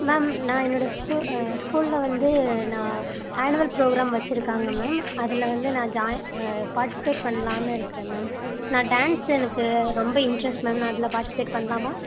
ma'am நான் என்னோடய ஸ்கூ ஸ்கூலில் வந்து நான் ஆனுவல் ப்ரோக்ராம் வச்சிருக்காங்க மேம் அதில் வந்து நான் ஜாயி பார்ட்டிசிபேட் பண்லாம்னு இருக்கிறேன் மேம் நான் டான்ஸ் எனக்கு ரொம்ப இண்ட்ரெஸ்ட் மேம் நான் அதில் பார்ட்டிசிபேட் பண்ணலாமா